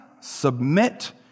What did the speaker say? submit